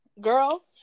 Girl